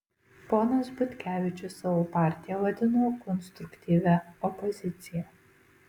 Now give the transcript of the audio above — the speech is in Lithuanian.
ponas butkevičius savo partiją vadina konstruktyvia opozicija